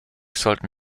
sollten